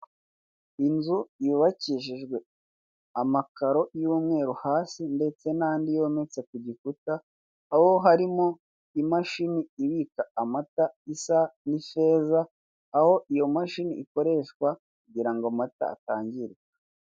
Inzu yubakishijwe amakaro y'umweru hasi ndetse n'andi yometse ku gikuta aho harimo imashini ibika amata isa n'ifeza aho iyo mashini ikoreshwa kugira ngo amata atangirika.